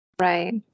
Right